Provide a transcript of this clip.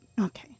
Okay